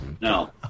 No